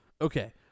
Okay